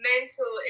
Mental